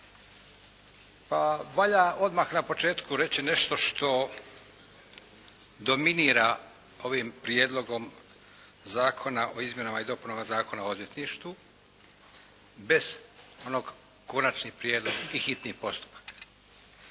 Pa valja odmah na početku reći nešto što dominira ovim Prijedlogom zakona o izmjenama i dopunama Zakona o odvjetništvu bez onoga konačni prijedlog i hitni postupak,